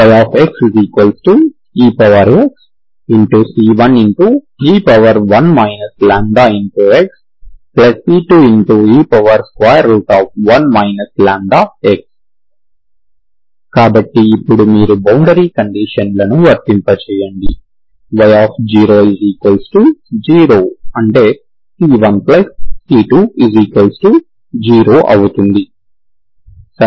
yxexc1e1 λxc2e1 λx కాబట్టి ఇప్పుడు మీరు బౌండరీ కండీషన్ లను వర్తింపజేయండి y00 అంటే c1c20 అవుతుంది